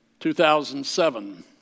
2007